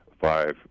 five